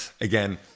again